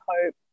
hope